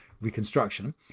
reconstruction